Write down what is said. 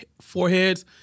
foreheads